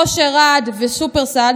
אושר עד ושופרסל,